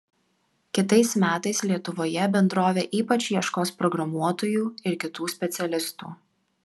kitais metais lietuvoje bendrovė ypač ieškos programuotojų ir kitų specialistų